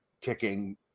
kicking